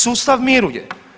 Sustav miruje.